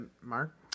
Mark